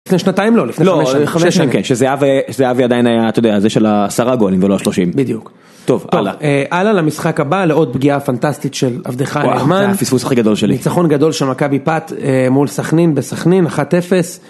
לפני שנתיים לא, לפני חמש שנים. לפני חמש שנים כן, שזהוי עדיין היה, אתה יודע, זה של השרה גואלין ולא שלושים. בדיוק. טוב, הלאה. טוב, הלאה למשחק הבא, לעוד פגיעה פנטסטית של עבדי חי אמן. זה הפספוס הכי גדול שלי. ניצחון גדול שמכה ביפת מול שכנים בשכנים, אחת אפס.